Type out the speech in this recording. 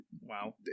wow